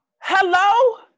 Hello